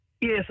Yes